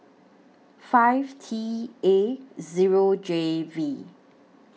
five T A Zero J V